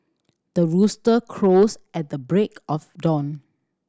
the rooster crows at the break of dawn